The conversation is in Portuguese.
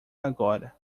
agora